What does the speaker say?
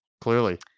clearly